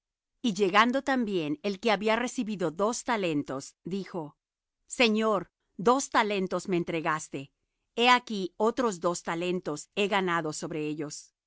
y llegando también el que había recibido dos talentos dijo señor dos talentos me entregaste he aquí otros dos talentos he ganado sobre ellos